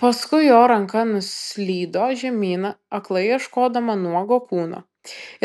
paskui jo ranka nuslydo žemyn aklai ieškodama nuogo kūno